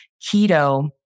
keto